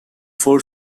four